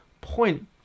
point